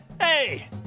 Hey